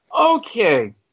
Okay